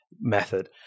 method